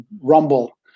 rumble